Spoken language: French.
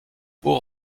haut